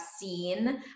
seen